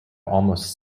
almost